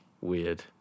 weird